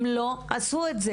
הם לא עשו זאת.